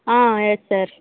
yes sir